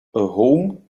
home